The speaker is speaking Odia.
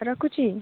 ରଖୁଛି